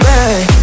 Back